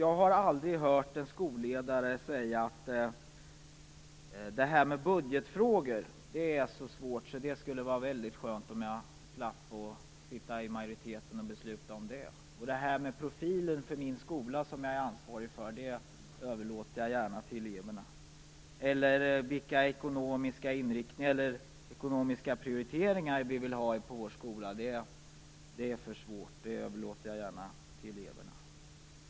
Jag har aldrig hört en skolledare säga: Det här med budgetfrågor är så svårt att det skulle vara väldigt skönt, om jag slapp sitta i majoriteten och besluta om dem. Eller: Profilen för den skola som jag är ansvarig för överlåter jag gärna till eleverna. Eller: Vilka ekonomiska prioriteringar vi vill ha på vår skola är för svårt för mig - det överlåter jag gärna till eleverna.